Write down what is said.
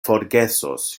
forgesos